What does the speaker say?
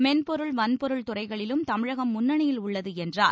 மென்பொருள் வன்பொருள் துறைகளிலும் தமிழகம் முன்னணியில் உள்ளது என்றார்